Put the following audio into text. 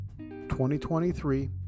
2023